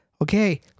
Okay